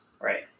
Right